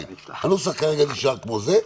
הנוסח כרגע נשאר כמו זה,